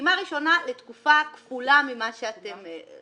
פעימה ראשונה לתקופה כפולה ממה שאתם מבקשים.